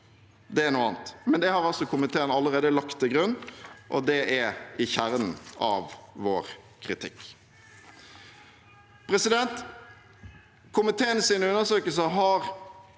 er noe annet, men det har altså komiteen allerede lagt til grunn, og det er i kjernen av vår kritikk. Komiteens undersøkelser har